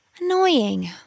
Annoying